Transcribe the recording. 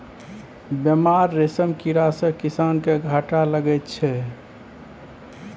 बेमार रेशम कीड़ा सँ किसान केँ घाटा लगै छै